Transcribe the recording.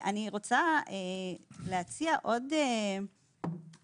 אני רוצה להציע עוד משהו,